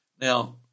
Now